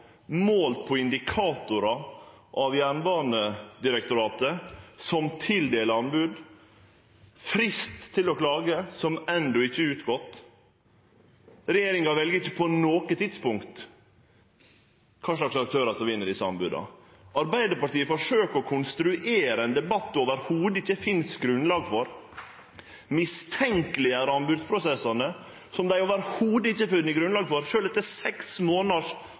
på indikatorar av Jernbanedirektoratet, som tildeler anbod, og det er frist til å klage som enno ikkje er gått ut. Regjeringa vel ikkje på noko tidspunkt kva for aktørar som vinn desse anboda. Arbeidarpartiet forsøkjer å konstruere ein debatt det slett ikkje finst noko grunnlag for, mistenkjeleggjer anbodsprosessane, som dei slett ikkje har funne grunnlag for, sjølv etter seks månaders